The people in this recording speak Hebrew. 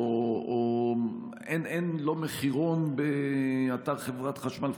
אין מחירון באתר חברת חשמל,